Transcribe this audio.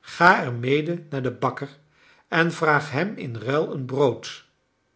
ga er mede naar den bakker en vraag hem in ruil een brood